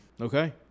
Okay